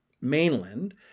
mainland